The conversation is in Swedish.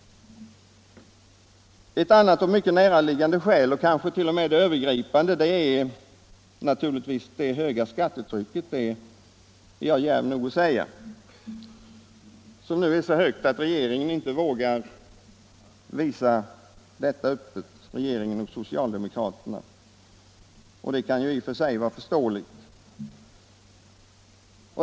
Ett annat och mycket näraliggande skäl, kanske det övergripande, till regeringens agerande är naturligtvis det höga skattetrycket — det är jag djärv nog att säga. Det är nu så högt att regeringen och socialdemokraterna inte vågar tala öppet om det, och det kan i och för sig vara förståeligt.